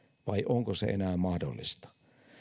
vai onko se enää mahdollista